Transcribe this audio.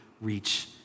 reach